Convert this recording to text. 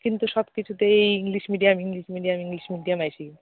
কিন্তু সব কিছুতে এই English medium English medium English medium আসেই